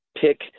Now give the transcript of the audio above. pick